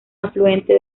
afluente